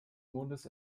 mondes